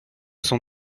son